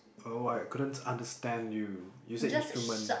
oh I couldn't understand you you said instrument